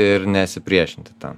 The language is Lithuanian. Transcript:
ir nesipriešinti tam